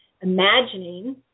imagining